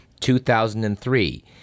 2003